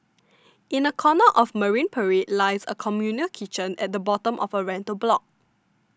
in a corner of Marine Parade lies a communal kitchen at the bottom of a rental block